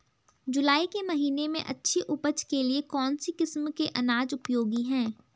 जुलाई के महीने में अच्छी उपज के लिए कौन सी किस्म के अनाज उपयोगी हैं?